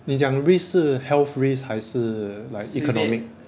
你讲 risk 是 health risk 还是 like economic